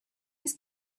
his